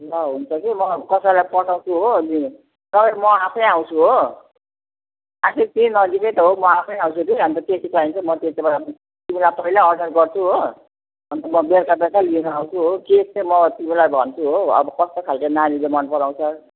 ल हुन्छ कि हो म कसैलाई पठाउँछु हो लिनु सके म आफैँ आउँछु हो आफैँ त्यहीँ नजिकै त हो म आफैँ आउँछु कि अन्त के के चाहिन्छ म त्यति बेला तिमीलाई पहिल्यै अडर गर्छु हो अन्त म बेलुका बेलुका लिन आउँछु हो केक चाहिँ म तिमीलाई भन्छु हो अब कस्तो खालके नानीले मन पराउँछ